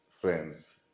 friends